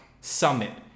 Summit